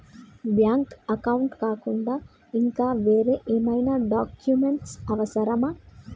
Bank account కాకుండా ఇంకా వేరే ఏమైనా డాక్యుమెంట్స్ అవసరమా?